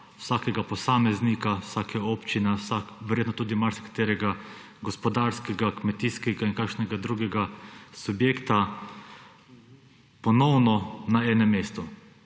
vsakega posameznika, vsake občine, verjetno tudi marsikaterega gospodarskega, kmetijskega in kakšnega drugega subjekta, ponovno na enem mestu.